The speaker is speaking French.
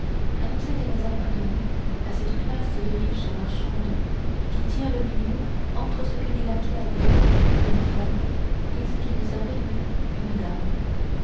annonçaient qu'elles appartenaient à cette classe de riches marchandes qui tient le milieu entre ce que les laquais appellent une femme et ce qu'ils appellent une dame